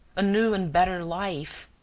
a new and better life?